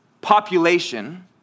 population